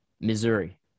Missouri